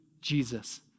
Jesus